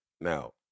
Now